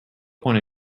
point